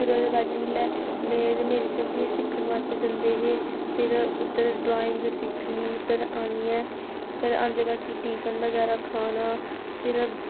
फिर ओह्दे बाद च जिल्लै में ते मेरी स्हेली सिक्खन बास्तै जंदे हे फिर उद्धर ड्राइंग सिक्खनी फिर आनियै फिर औंदे बाकी टिफन बगैरा खाना फिर